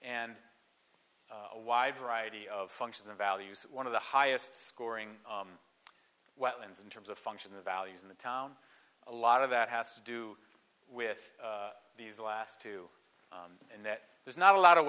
and a wide variety of functions and values one of the highest scoring wetlands in terms of function values in the town a lot of that has to do with these last two and that there's not a lot of